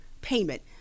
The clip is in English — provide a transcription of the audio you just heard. payment